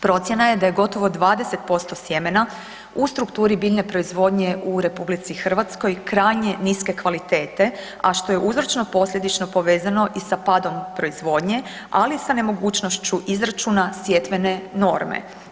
Procjena je da je gotovo 20% sjemena u strukturi biljne proizvodnje u RH krajnje niske kvalitete, a što je uzročno-posljedično povezano i sa padom proizvodnje, ali i sa nemogućnošću izračuna sjetvene norme.